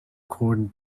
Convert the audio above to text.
corned